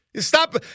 Stop